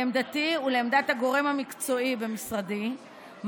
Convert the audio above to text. לעמדתי ולעמדת הגורם המקצועי במשרדי,